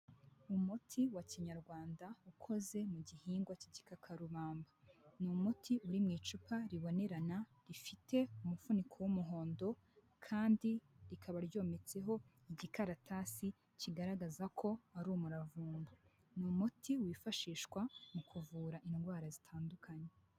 Umuti wa kinyarwanda ukoze mu gihingwa cy'igikakarubamba, ni umuti uri mu icupa ribonerana, rifite umufuniko w'umuhondo kandi rikaba ryometseho igikaratasi kigaragaza ko ari umuravumba. Ni umuti wifashishwa mu kuvura indwara zitandukanye.